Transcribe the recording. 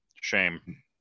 shame